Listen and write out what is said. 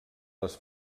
les